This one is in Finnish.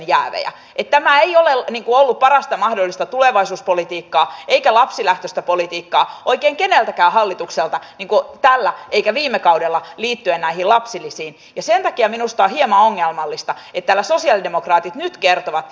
tämä ei ole ollut parasta mahdollista tulevaisuuspolitiikkaa eikä lapsilähtöistä politiikkaa oikein keneltäkään hallitukselta tällä eikä viime kaudella liittyen näihin lapsilisiin ja sen takia minusta on hieman ongelmallista että täällä sosialidemokraatit nyt kertovat